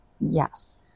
Yes